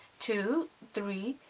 two, three,